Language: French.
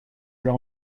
leur